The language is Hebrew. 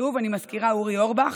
שוב, אני מזכירה, אורי אורבך,